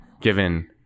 Given